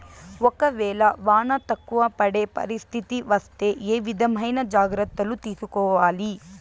ఒక వేళ వాన తక్కువ పడే పరిస్థితి వస్తే ఏ విధమైన జాగ్రత్తలు తీసుకోవాలి?